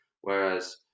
whereas